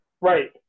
Right